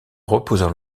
reposant